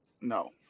no